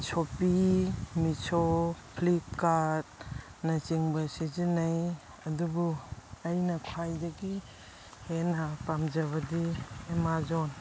Sophie ꯃꯤꯁꯣ ꯐ꯭ꯂꯤꯞꯀꯥꯔꯗꯅꯆꯤꯡꯕ ꯁꯤꯖꯤꯟꯅꯩ ꯑꯗꯨꯕꯨ ꯑꯩꯅ ꯈ꯭ꯋꯥꯏꯗꯒꯤ ꯍꯦꯟꯅ ꯄꯥꯝꯖꯕꯗꯤ ꯑꯥꯃꯥꯖꯣꯟ